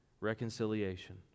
reconciliation